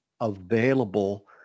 available